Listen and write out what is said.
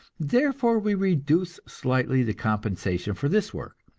therefore we reduce slightly the compensation for this work.